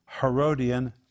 Herodian